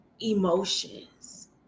emotions